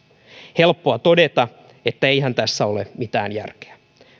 helppoa todeta että eihän tässä ole mitään järkeä